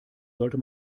sollte